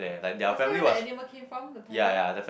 was that where the animal came from the tiger